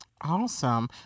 Awesome